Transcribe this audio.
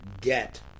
get